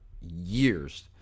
years